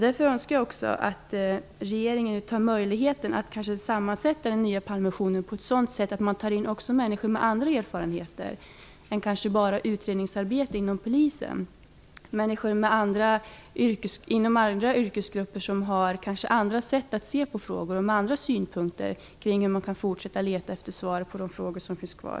Därför önskar jag också att regeringen utnyttjar möjligheten att sätta samman den nya Palmekommissionen på ett sådant sätt att man även tar in människor med andra erfarenheter än enbart utredningsarbete inom polisen. Det kan vara människor inom andra yrkesgrupper, som har andra sätt att se på frågor och med andra synpunkter på hur man kan fortsätta att leta efter svaren på de frågor som finns kvar.